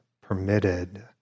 permitted